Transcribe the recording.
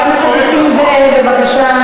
חבר הכנסת נסים זאב, בבקשה.